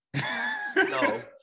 No